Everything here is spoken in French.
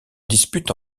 dispute